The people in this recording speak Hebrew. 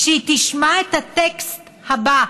כשהיא תשמע את הטקסט הבא,